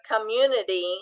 community